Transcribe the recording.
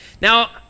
Now